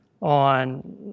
on